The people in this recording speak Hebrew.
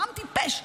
העם טיפש,